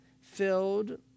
filled